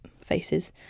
faces